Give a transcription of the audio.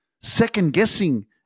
second-guessing